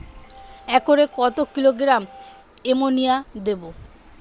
একরে কত kilogram ammonia দেবো?